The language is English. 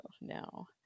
no